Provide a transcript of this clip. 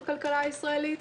בכלכלה הישראלית,